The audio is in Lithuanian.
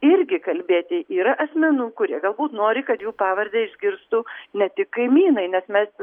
irgi kalbėti yra asmenų kurie galbūt nori kad jų pavardę išgirstų ne tik kaimynai nes mes